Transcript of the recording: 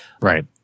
right